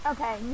Okay